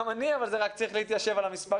גם אני, אבל זה רק צריך להתיישב על המספרים.